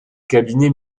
cabinet